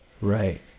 Right